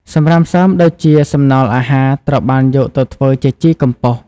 សំរាមសើមដូចជាសំណល់អាហារត្រូវបានយកទៅធ្វើជាជីកំប៉ុស។